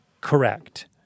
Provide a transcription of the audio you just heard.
correct